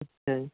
ਅੱਛਾ ਜੀ